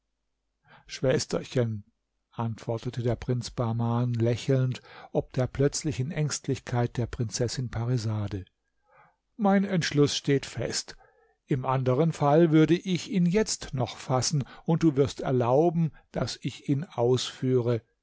schwesterchen antwortete der prinz bahman lächelnd ob der plötzlichen ängstlichkeit der prinzessin parisade mein entschluß steht fest im anderen fall würde ich ihn jetzt noch fassen und du wirst erlauben daß ich ihn ausführe